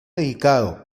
dedicado